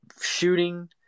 shooting